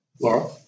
Laura